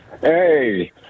Hey